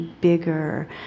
bigger